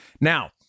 Now